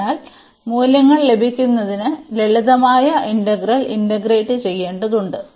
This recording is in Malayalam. അതിനാൽ മൂല്യങ്ങൾ ലഭിക്കുന്നതിന് ലളിതമായ ഇന്റഗ്രൽ ഇന്റഗ്രേറ്റ് ചെയ്യേണ്ടതുണ്ട്